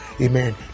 Amen